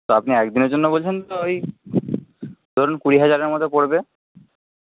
তা আপনি একদিনের জন্য বলছেন তো ওই ধরুন কুড়ি হাজারের মতো পড়বে